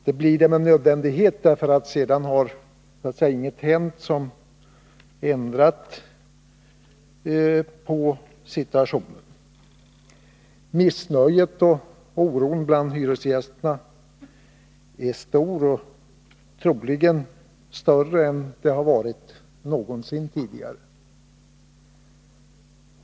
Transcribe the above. Denna upprepning beror på att situationen sedan dess : Onsdagen den tyvärr inte har förändrats. SA 18 november 1981 Missnöjet och oron bland landets hyresgäster är troligen större än någonsin tidigare.